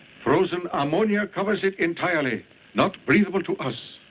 frozen ammonia covers it entirely not breathable to us.